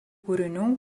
kūrinių